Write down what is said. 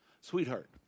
Sweetheart